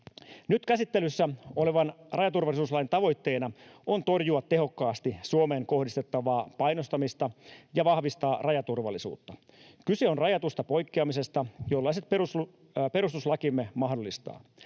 Nyt käsittelyssä olevan rajaturvallisuuslain tavoitteena on torjua tehokkaasti Suomeen kohdistettavaa painostamista ja vahvistaa rajaturvallisuutta. Kyse on rajatusta poikkeamisesta, jollaiset perustuslakimme mahdollistaa.